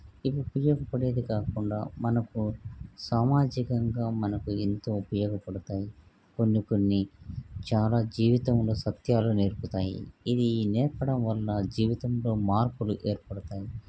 ఇవి ఉపయోగపడేదే కాకుండా మనకు సామాజికంగా మనకు ఎంతో ఉపయోగపడతాయి కొన్ని కొన్ని చాలా జీవితంలో సత్యాలు నేర్పుతాయి ఇవి నేర్పడం వల్ల జీవితంలో మార్పులు ఏర్పడతాయి